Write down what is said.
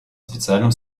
специальном